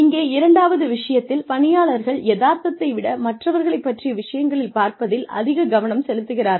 இங்கே இரண்டாவது விஷயத்தில் பணியாளர்கள் யதார்த்தத்தை விட மற்றவர்களைப் பற்றிய விஷயங்களை பார்ப்பதில் அதிக கவனம் செலுத்துகிறார்கள்